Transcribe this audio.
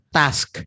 task